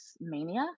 mania